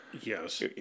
Yes